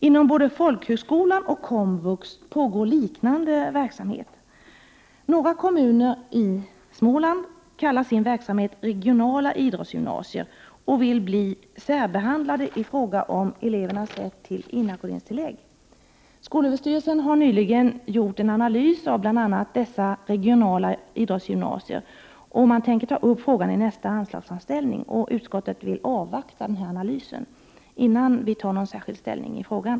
Inom både folkhögskolan och komvux pågår en liknande verksamhet. Några kommuner i Småland kallar sin verksamhet för regionala idrottsgym Prot. 1988 drottsgymnasier, och man tänker ta upp frågan i nästa anslagsframställning. Utskottet vill avvakta nämnda analys.